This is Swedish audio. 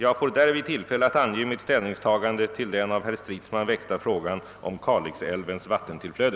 Jag får därvid tillfälle att ange mitt ställningstagande till den av herr Stridsman väckta frågan om Kalixälvens vattentillflöde.